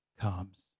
comes